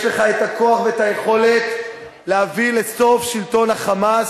יש לך הכוח והיכולת להביא לסוף שלטון ה"חמאס".